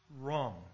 wrong